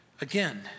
Again